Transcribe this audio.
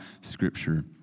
scripture